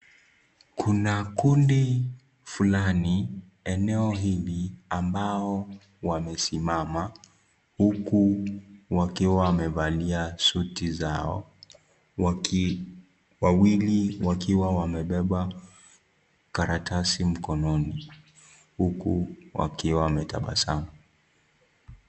Kuna kundi fulani eneo hili ambao wamesimama huku wakiwa wamevalia suti zao. Wawili wakiwa wamebeba karatasi mkononi huku wakiwa wametabasamu.